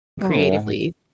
Creatively